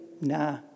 nah